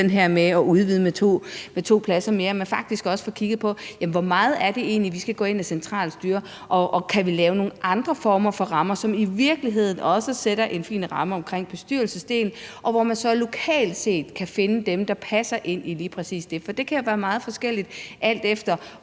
ved at udvide med to pladser mere, så vi faktisk også får kigget på spørgsmålene: Hvor meget er det egentlig, vi skal gå ind og centralstyre? Og kan vi lave nogle andre former for rammer, som i virkeligheden også sætter en fin ramme omkring bestyrelsesdelen, hvor man så lokalt set kan finde dem, der passer ind i lige præcis det? For det kan være meget forskelligt, alt efter